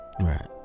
Right